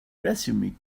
resume